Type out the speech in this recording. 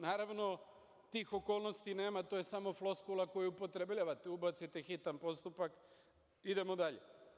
Naravno, tih okolnosti nema, to je samo floskula koju upotrebljavate, ubacite hitan postupak i idemo dalje.